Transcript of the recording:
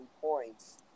points